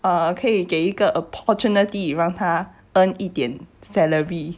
uh 可以给一个 opportunity 让他 earn 一点 salary